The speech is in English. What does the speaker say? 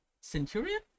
Centurion